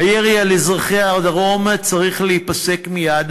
הירי על אזרחי הדרום צריך להיפסק מייד,